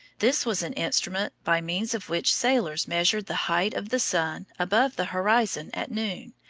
this was an instrument by means of which sailors measured the height of the sun above the horizon at noon,